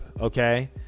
okay